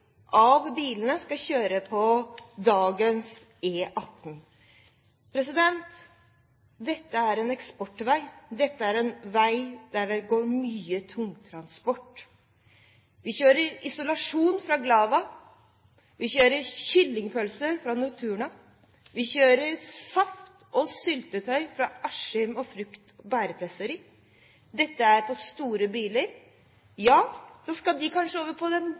av bilene skal kjøre på dagens E18. Dette er en eksportvei, dette er en vei der det går mye tungtransport. Vi kjører isolasjon fra Glava, vi kjører kyllingpølse fra Nortura, vi kjører saft og syltetøy fra Askim Frukt- og Bærpresseri. Dette skjer på store biler. Ja, og så skal de kanskje over på den